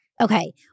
Okay